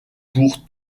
pour